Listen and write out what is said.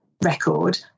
record –